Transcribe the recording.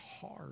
hard